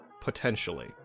Potentially